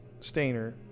stainer